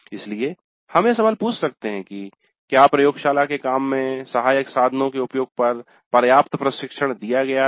इसलिए हम यह सवाल पूछ सकते हैं कि क्या प्रयोगशाला के काम में सहायक साधनों के उपयोग पर पर्याप्त प्रशिक्षण दिया गया था